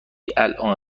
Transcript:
الآن